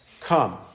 come